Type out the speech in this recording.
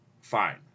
fine